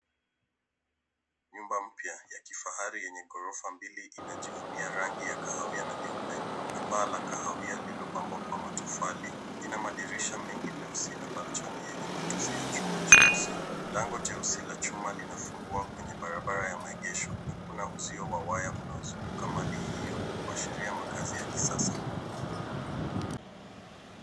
Nyumba mpya ya kifahari yenye ghorofa mbili inajivunia rangi ya kahawia na nyeupe na paa la kahawia lililopambwa kwa matofali, ina madirisha mengi meusi na balchoni yenye matusi ya chuma cheusi .Lango cheusi la chuma linafungwa kwenye barabara ya maegesho akuna uzio wa waya unaozunguka mali hiyo kuashiria makazi ya kisasa.